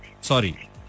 Sorry